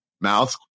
mouth